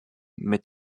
mit